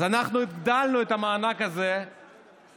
אז אנחנו הגדלנו את המענק הזה ב-40%,